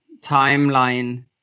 timeline